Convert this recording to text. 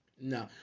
No